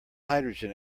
hydrogen